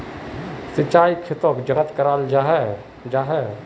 सिंचाई खेतोक चाँ कराल जाहा जाहा?